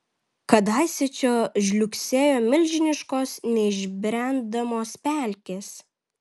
kadaise čia žliugsėjo milžiniškos neišbrendamos pelkės